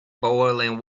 boiling